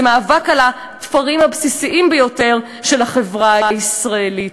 זה מאבק על התפרים הבסיסיים ביותר של החברה הישראלית.